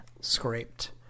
scraped